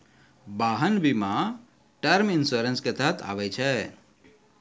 वाहन बीमा term insurance के तहत आबै छै